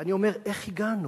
ואני אומר, איך הגענו?